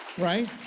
right